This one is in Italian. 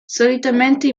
solitamente